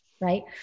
Right